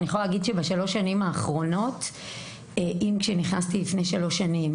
אני יכולה להגיד שאם כשנכנסתי לפני שלוש שנים,